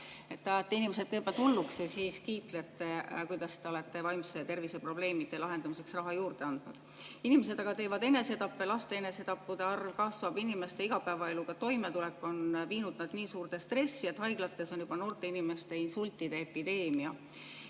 Ajate inimesed kõigepealt hulluks ja siis kiitlete, kuidas te olete vaimse tervise probleemide lahendamiseks raha juurde andnud. Inimesed aga teevad enesetappe, laste enesetappude arv kasvab. Inimeste igapäevaeluga toimetulek on viinud nad nii suurde stressi, et haiglates on juba noorte inimeste insultide epideemia.